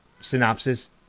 synopsis